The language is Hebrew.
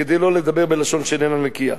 כדי לא לדבר בלשון שאינה נקייה,